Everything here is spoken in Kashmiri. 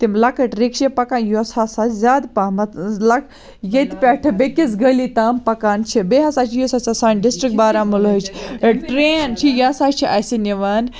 تِم لۄکٕٹۍ رِکشہِ پَکان یۄس ہَسا زیاد پَہمَتھ لَک ییٚتہِ پیٹھٕ بیٚکِس گلی تام پَکان چھِ بییٚہِ ہَسا چھُ یُس ہَسا سانہِ ڈٕسٹرک بارامُلہٕچ ٹرین چھِ یہِ ہَسا چھِ اَسہِ نِوان